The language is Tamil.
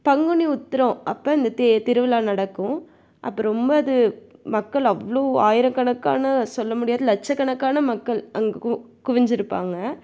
பங்குனி உத்திரம் அப்போ இந்த தே திருவிழா நடக்கும் அப்போ ரொம்ப அது மக்கள் அவ்வளோ ஆயிரக்கணக்கான சொல்ல முடியாது லட்சக்கணக்கான மக்கள் அங்கு கு குவிஞ்சிருப்பாங்க